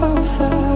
Closer